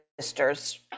sisters